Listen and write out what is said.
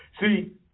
See